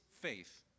faith